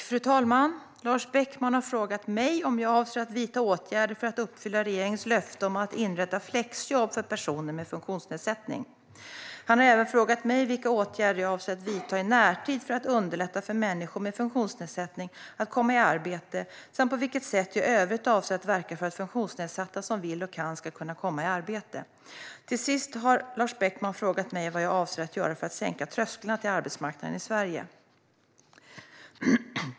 Fru talman! Lars Beckman har frågat mig om jag avser att vidta åtgärder för att uppfylla regeringens löfte om att inrätta flexjobb för personer med funktionsnedsättning. Han har även frågat mig vilka åtgärder jag avser att vidta i närtid för att underlätta för människor med funktionsnedsättning att komma i arbete samt på vilket sätt jag i övrigt avser att verka för att funktionsnedsatta som vill och kan ska kunna komma i arbete. Till sist har Lars Beckman frågat mig vad jag avser att göra för att sänka trösklarna till arbetsmarknaden i Sverige.